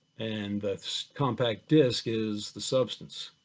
and the compact disk is the substance.